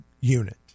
unit